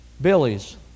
Billy's